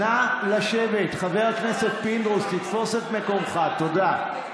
חבר הכנסת פינדרוס, תתפוס את מקומך, תודה.